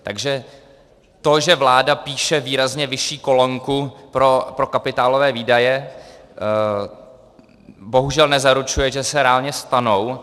Takže to, že vláda píše výrazně vyšší kolonku pro kapitálové výdaje, bohužel nezaručuje, že se reálně stanou.